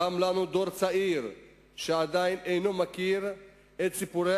קם לנו דור צעיר שעדיין אינו מכיר את סיפורי